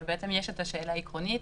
אבל בעצם יש את השאלה העקרונית.